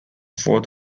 fourth